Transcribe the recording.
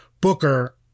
Booker